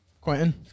Quentin